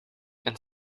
and